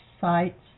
sites